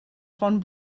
von